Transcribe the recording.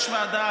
יש ועדה